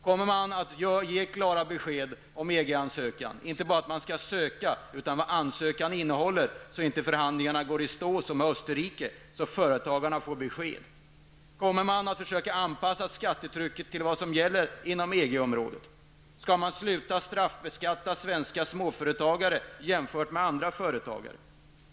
Kommer man att ge klara besked om EG-ansökan? Inte bara att man skall söka utan vad ansökan innehåller, så att inte förhandlingarna går i stå som för Österrike. Företagarna måste få besked. Kommer man att anpassa skattetrycket till vad som gäller inom EG-området? Skall man sluta straffbeskatta svenska småföretagare jämfört med andra företagare?